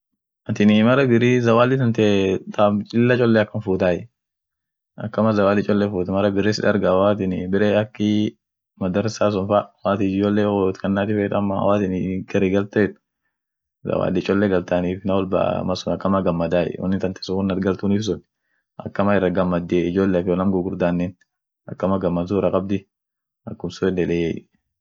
Saudi Arabiani ada ishian biria ada ishia gudioni ta diniat amineni familiyai dini gudion isilamua ishini mara shan duleti amine dumi tadibit jirrai wosta yedeni wostaneni sheriyum ishia kasjirt dumi amineni mara birii inama isilamuan mal hijja achisun yaani ak chole karibishitie